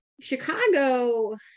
Chicago